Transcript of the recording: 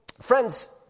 friends